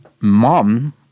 mom